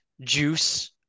juice